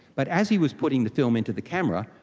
but as he was putting the film into the camera,